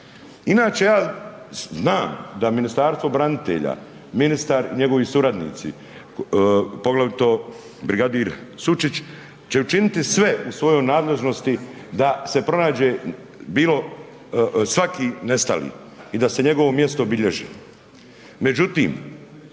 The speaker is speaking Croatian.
Inače ja znam da Ministarstvo branitelja, ministar, njegovi suradnici, poglavito brigadir Sučić će učiniti sve u svojoj nadležnosti da se pronađe svaki nestali i da se njegovo mjesto obilježi